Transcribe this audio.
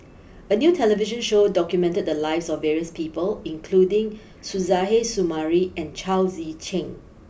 a new television show documented the lives of various people including Suzairhe Sumari and Chao Tzee Cheng